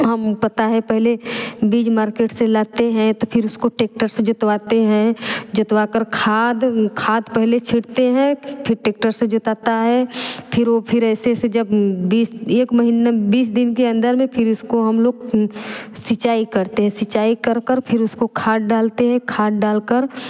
हम पता है पहले बीज मार्केट से लाते हैं तो फिर उसको टेक्टर से जुतवाते हैं जुतवाकर खाद खाद पहले छींटते हैं फिर टेक्टर से जुताता है फिर वो फिर ऐसे ऐसे जब बीस एक महीने बीस दिन के अंदर में फिर उसको हम लोग सिंचाई करते हैं सिंचाई कर कर फिर उसको खाद डालते हैं खाद डालकर